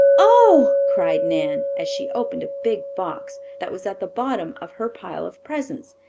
oh! cried nan, as she opened a big box that was at the bottom of her pile of presents,